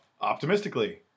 optimistically